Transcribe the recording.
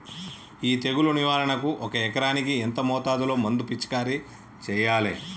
ఈ తెగులు నివారణకు ఒక ఎకరానికి ఎంత మోతాదులో మందు పిచికారీ చెయ్యాలే?